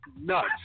nuts